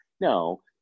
No